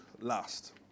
last